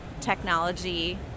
technology